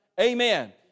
Amen